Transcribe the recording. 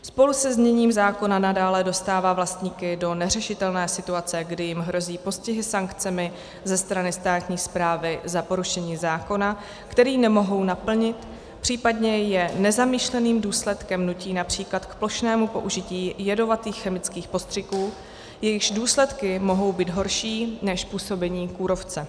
Spolu se zněním zákona nadále dostává vlastníky do neřešitelné situace, kdy jim hrozí postihy sankcemi ze strany státní správy za porušení zákona, který nemohou naplnit, případně je nezamýšleným důsledkem nutí například k plošnému použití jedovatých chemických postřiků, jejichž důsledky mohou být horší než působení kůrovce.